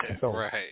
Right